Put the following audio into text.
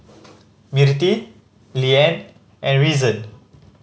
Mirtie Liane and Reason